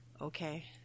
Okay